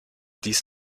dies